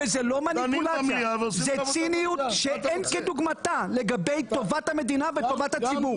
זאת ציניות שאין כדוגמתה לגבי טובת המדינה וטובת הציבור.